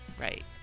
right